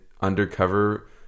undercover